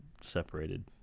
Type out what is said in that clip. separated